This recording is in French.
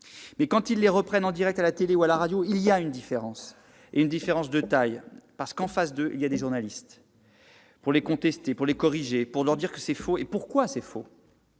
Mais quand ils les reprennent, en direct à la télévision ou à la radio, il y a une différence, et une différence de taille : en face d'eux, il y a des journalistes pour les contester, pour les corriger, pour leur dire que c'est faux, et pourquoi c'est faux.